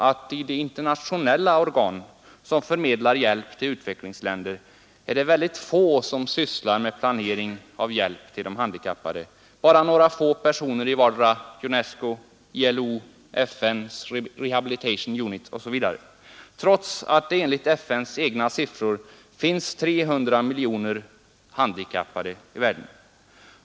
Av de internationella organ som förmedlar hjälp till utvecklingsländerna är det tyvärr bara några få som sysslar med planering av hjälpen till de handikappade, endast några få personer i vardera UNESCO, ILO och FN osv., trots att det enligt FN:s egna siffror finns 300 miljoner handikappade i världen.